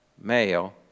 male